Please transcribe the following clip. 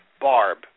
Barb